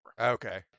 Okay